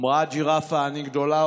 אמרה הג'ירפה: אני גדולה,